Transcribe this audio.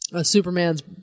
Superman's